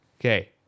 Okay